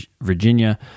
Virginia